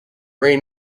ran